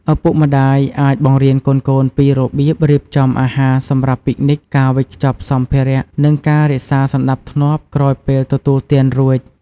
ឪពុកម្តាយអាចបង្រៀនកូនៗពីរបៀបរៀបចំអាហារសម្រាប់ពិកនិច ការវេចខ្ចប់សម្ភារៈ និងការរក្សាសណ្តាប់ធ្នាប់ក្រោយពេលទទួលទានរួច។